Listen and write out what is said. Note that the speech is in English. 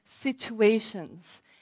situations